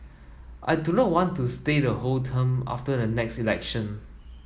I do not want to stay the whole term after the next election